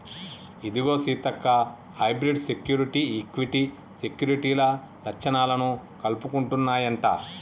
ఇదిగో సీతక్క hybrid security, equity సెక్యూరిటీల లచ్చణాలను కలుపుకుంటన్నాయంట